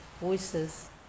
voices